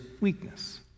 weakness